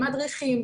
מדריכים,